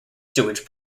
sewage